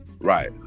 right